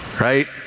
Right